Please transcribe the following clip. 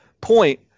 point